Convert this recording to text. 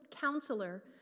Counselor